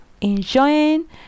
enjoying